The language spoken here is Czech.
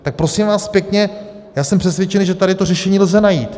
Tak prosím vás pěkně, já jsem přesvědčen, že tady to řešení lze najít.